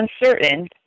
uncertain